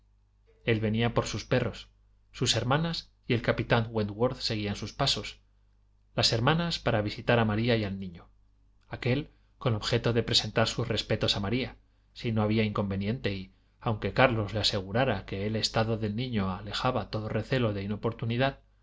el venía por sus perros sus hermanas y el capitán wentworth seguían sus pasos las hermanas para visitar a maría y al niño aquél con objeto de presentar sus respetos a maría si no había inconveniente y aunque carlos le asegurara que el estado del niño alejaba todo recelo de inoportunidad